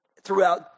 throughout